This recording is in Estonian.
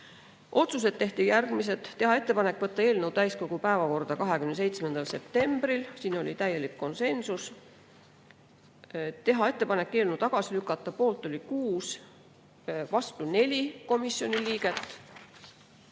Otsused tehti järgmised: teha ettepanek võtta eelnõu täiskogu päevakorda 27. septembril, siin oli täielik konsensus; teha ettepanek eelnõu tagasi lükata, poolt oli 6 ja vastu 4 komisjoni liiget;